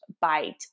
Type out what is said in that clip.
bite